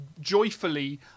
joyfully